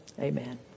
Amen